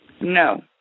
No